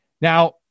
Now